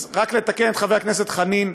אז רק לתקן את חבר הכנסת חנין: